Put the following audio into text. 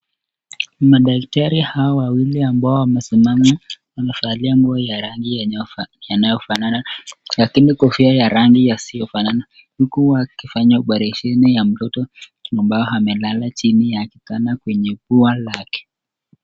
madakitari hawa wawili ambao wamesimama wamevalia nguo ya rangi yanao fanana, lakini kofia ya rangi yasio fanana huku wakifanya opereseni ya mtoto ambaoa melala chini ya kitanda kwenye ua lale.